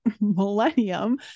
millennium